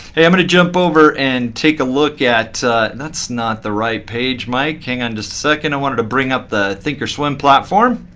i'm going to jump over and take a look at that's not the right page, mike. hang on just a second. i wanted to bring up the thinkorswim platform.